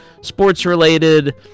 sports-related